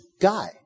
guy